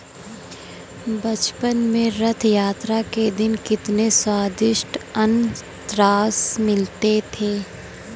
बचपन में रथ यात्रा के दिन कितने स्वदिष्ट अनन्नास मिलते थे